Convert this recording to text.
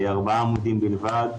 ארבעה עמודים בלבד.